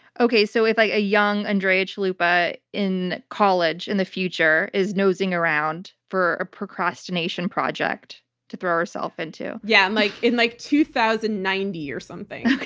okay, so if a young andrea chalupa in college in the future is nosing around for a procrastination project to throw herself into? yeah. and like in like two thousand and ninety or something.